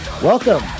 Welcome